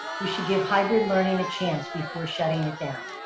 we should give hybrid learning a chance before shutting it down.